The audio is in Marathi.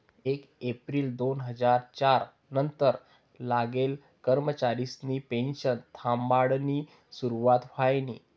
येक येप्रिल दोन हजार च्यार नंतर लागेल कर्मचारिसनी पेनशन थांबाडानी सुरुवात व्हयनी